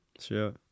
Sure